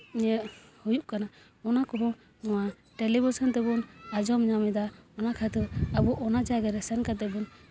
ᱧᱮᱞ ᱦᱩᱭᱩᱜ ᱠᱟᱱᱟ ᱚᱱᱟ ᱠᱚᱦᱚᱸ ᱱᱚᱣᱟ ᱴᱮᱞᱤᱵᱷᱤᱥᱚᱱ ᱛᱮᱵᱚᱱ ᱟᱸᱡᱚᱢ ᱧᱟᱢ ᱮᱫᱟ ᱚᱱᱟ ᱠᱷᱟᱹᱛᱤᱨ ᱟᱵᱚ ᱚᱱᱟ ᱡᱟᱭᱜᱟᱨᱮ ᱥᱮᱱ ᱠᱟᱛᱮ ᱵᱚᱱ